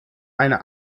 eine